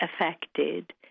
affected